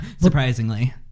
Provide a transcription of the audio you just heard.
surprisingly